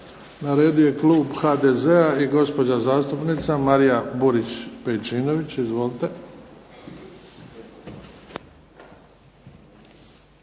Na redu je klub HDZ-a i gospođa zastupnica Marija Burić-Pejčinović. Izvolite.